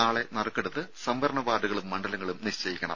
നാളെ നറുക്കെടുത്ത് സംവരണ വാർഡുകളും മണ്ഡലങ്ങളും നിശ്ചയിക്കണം